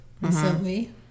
recently